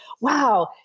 wow